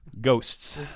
Ghosts